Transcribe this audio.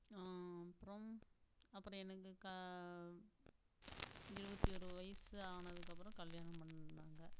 அப்புறம் அப்புறம் எனக்கு இருபத்தி ஒரு வயசு ஆனதுக்கப்புறம் கல்யாணம் பண்ணினாங்க